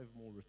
more